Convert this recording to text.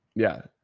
yeah,